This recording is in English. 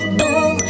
boom